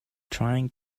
trying